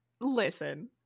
listen